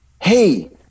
Hey